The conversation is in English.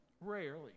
Rarely